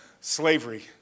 slavery